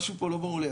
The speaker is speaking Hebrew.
משהו פה לא ברור לי.